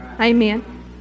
Amen